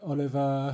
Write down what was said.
Oliver